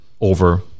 over